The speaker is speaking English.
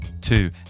two